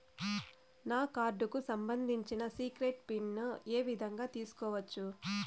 నా కార్డుకు సంబంధించిన సీక్రెట్ పిన్ ఏ విధంగా తీసుకోవచ్చు?